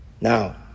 Now